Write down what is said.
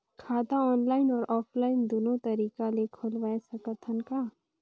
खाता ऑनलाइन अउ ऑफलाइन दुनो तरीका ले खोलवाय सकत हन का?